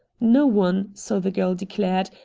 no one, so the girl declared,